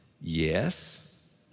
Yes